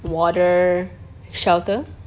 water shelter